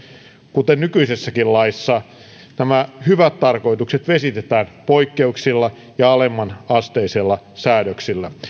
kuten nykyisessäkin laissa nämä hyvät tarkoitukset vesitetään poikkeuksilla ja alemmanasteisilla säädöksillä